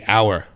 Hour